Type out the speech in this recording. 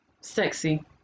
sexy